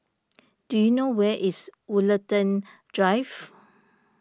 do you know where is Woollerton Drive